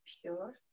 pure